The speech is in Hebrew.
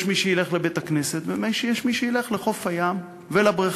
יש מי שילך לבית-הכנסת ויש מי שילך לחוף הים ולבריכה